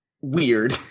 weird